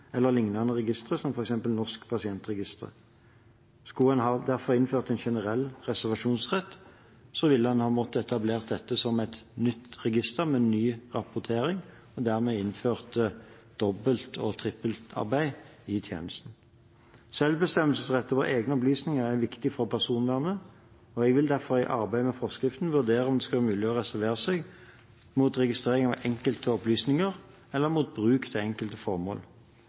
liknende registre, som for eksempel Norsk pasientregister. Skulle en ha innført en generell reservasjonsrett, ville dette måtte etableres som et nytt register med ny rapportering, og dermed innført dobbelt- og trippelarbeid i tjenesten. Selvbestemmelsesrett over egne opplysninger er viktig for personvernet. Jeg vil derfor i arbeidet med forskriften vurdere om det skal være mulig å reservere seg mot registrering av enkelte opplysninger eller mot bruk til enkelte formål.